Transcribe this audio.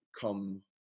come